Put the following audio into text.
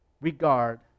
regard